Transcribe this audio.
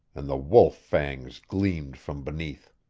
and the wolf-fangs gleamed from beneath.